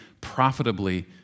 profitably